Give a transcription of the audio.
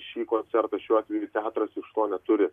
šį koncertą šiuo atveju teatras iš to neturi